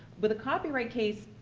with a copyright case,